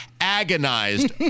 Agonized